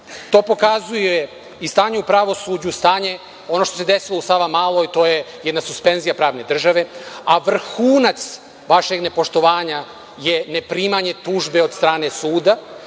To pokazuje i stanje u pravosuđu, ono što se desilo u Sava Maloj, to je jedna suspenzija pravne države, a vrhunac vašeg nepoštovanja je ne primanje tužbe od strane suda,